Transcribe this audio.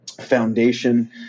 foundation